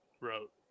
wrote